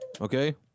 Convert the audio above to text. Okay